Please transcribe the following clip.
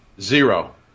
Zero